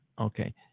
Okay